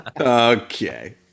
Okay